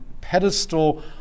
pedestal